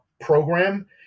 program